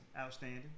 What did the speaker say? outstanding